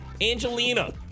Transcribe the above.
Angelina